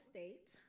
State